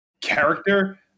character